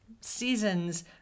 season's